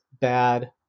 bad